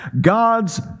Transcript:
God's